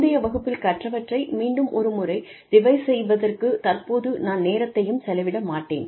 முந்திய வகுப்பில் கற்றவற்றை மீண்டும் ஒரு முறை ரிவைஸ் செய்வதற்கு தற்போது நான் நேரத்தையும் செலவிட மாட்டேன்